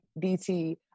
DT